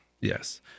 Yes